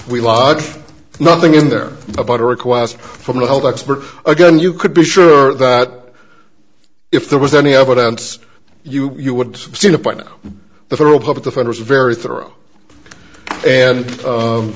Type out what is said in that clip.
we love nothing in there about a request from a health expert again you could be sure that if there was any evidence you you would soon appoint the federal public defenders very thorough and